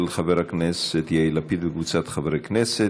של חבר הכנסת יאיר לפיד וקבוצת חברי הכנסת.